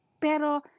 Pero